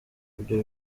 ibyo